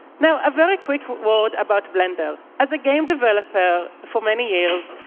now, a very quick word about blender. as a game developer for many years,